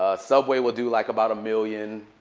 ah subway will do like about a million.